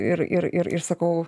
ir ir ir sakau